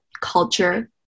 culture